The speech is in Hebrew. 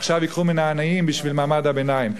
עכשיו ייקחו מן העניים בשביל מעמד הביניים.